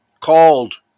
called